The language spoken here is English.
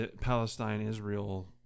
Palestine-Israel